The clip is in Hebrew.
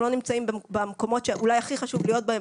אנחנו לא נמצאים במקומות שאולי הכי חשוב להיות בהם,